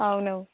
అవును